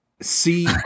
See